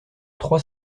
trois